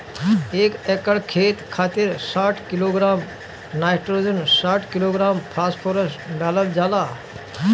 एक एकड़ खेत खातिर साठ किलोग्राम नाइट्रोजन साठ किलोग्राम फास्फोरस डालल जाला?